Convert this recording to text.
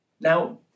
Now